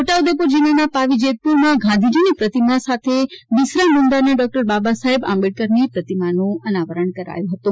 છોટાઉદેપુર જીલ્લાના પાવીજેતપુરમાં ગાંધીજીની પ્રતિમાની સાથે બિરસા મુંડા અને ડોકટર બાબાસાહેબ આંબેડકરની પ્રતિમાનું અનાવરણ કરવામાં આવ્યું હતું